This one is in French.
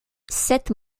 sept